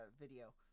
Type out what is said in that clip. video